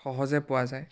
সহজে পোৱা যায়